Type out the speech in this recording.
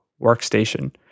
workstation